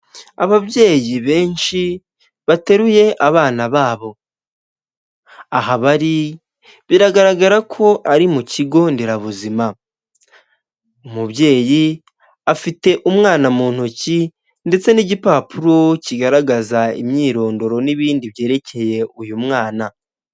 Ababyeyi benshi bateruye abana babo aha bari biragaragara ko ari mu kigo nderabuzima umubyeyi afite umwana mu ntoki ndetse n'igipapuro kigaragaza imyirondoro n'ibindi byerekeye uyu mwana.